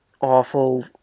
awful